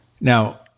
Now